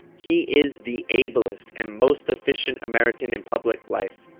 he is the ablest and most efficient american in public life.